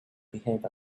behave